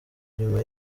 nyuma